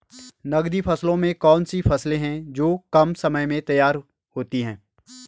नकदी फसलों में कौन सी फसलें है जो कम समय में तैयार होती हैं?